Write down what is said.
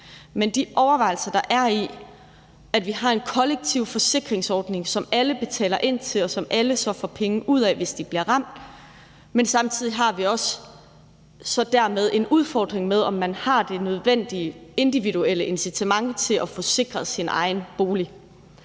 – de overvejelser, der er i, at vi har en kollektiv forsikringsordning, som alle betaler ind til, og som alle så får penge ud af, hvis de bliver ramt, og at vi samtidig så også dermed har en udfordring med, om man har de nødvendige individuelle incitament til at få sikret sin egen bolig.